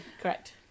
Correct